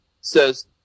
says